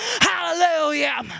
Hallelujah